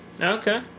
Okay